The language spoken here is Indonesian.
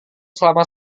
selama